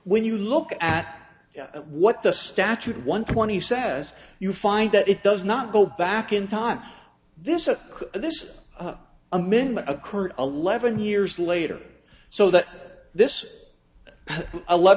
when you look at what the statute one twenty says you find that it does not go back in time this or this amendment occurred eleven years later so that this